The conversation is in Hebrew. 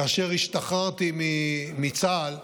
כאשר השתחררתי מצה"ל,